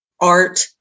art